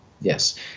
yes